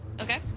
Okay